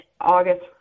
August